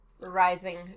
rising